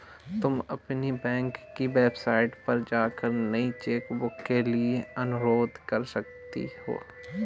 तुम अपनी बैंक की वेबसाइट पर जाकर नई चेकबुक के लिए अनुरोध कर सकती हो